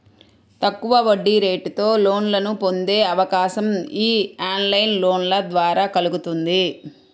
తక్కువ వడ్డీరేటుతో లోన్లను పొందే అవకాశం యీ ఆన్లైన్ లోన్ల ద్వారా కల్గుతుంది